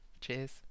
cheers